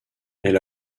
elle